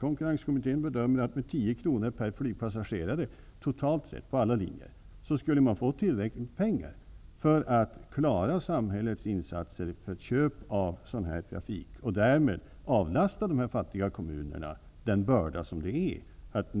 Konkurrenskommittén bedömer att man med 10 kr per flygpassagerare, totalt sett på alla linjer, skulle få tillräckligt med pengar för att klara samhällets insatser för köp av trafik av detta slag. Därmed skulle man avlasta fattiga kommuner den börda det är att